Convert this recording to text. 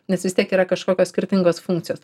nes vis tiek yra kažkokios skirtingos funkcijos